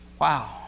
Wow